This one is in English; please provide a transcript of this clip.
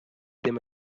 them